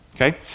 okay